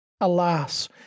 Alas